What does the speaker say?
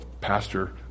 pastor